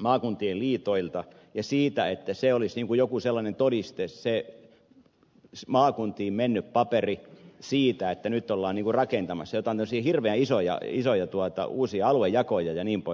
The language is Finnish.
maakuntien liitoilta ja siihen että se maakuntiin mennyt paperi olisi joku todiste se että pismaakuntiin mennyt paperit siitä että nyt ollaan rakentamassa jotain tämmöisiä hirveän isoja uusia aluejakoja jnp